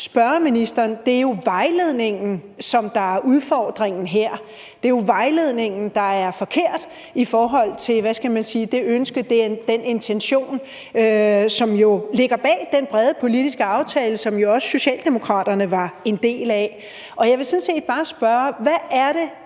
spørge ministeren om noget. Det er jo vejledningen, som er udfordringen her. Det er jo vejledningen, der er forkert, i forhold til, hvad skal man sige, det ønske, den intention, som jo ligger bag den brede politiske aftale, som også Socialdemokraterne var en del af. Jeg vil sådan set bare spørge: Hvad er det,